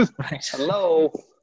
Hello